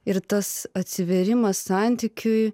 ir tas atsivėrimas santykiui